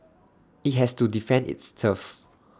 IT has to defend its turf